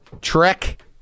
trek